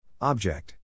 Object